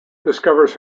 discovers